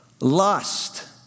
lust